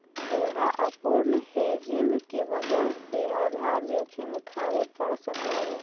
तोरा अपूर्ण हेजिंग के वजह से आधार जोखिम उठावे पड़ सकऽ हवऽ